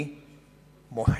אני מוחה.